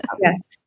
Yes